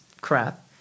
crap